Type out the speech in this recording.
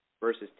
versus